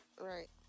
Right